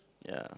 ya